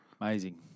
amazing